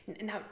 Now